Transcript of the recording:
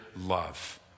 love